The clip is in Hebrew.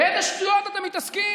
באיזה שטויות אתם מתעסקים